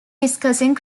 discussing